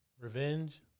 Revenge